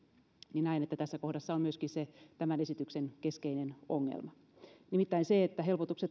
näen että tässä kohdassa on myöskin tämän esityksen keskeinen ongelma nimittäin se että helpotukset